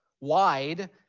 Wide